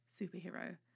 superhero